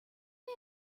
may